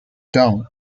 down